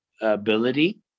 ability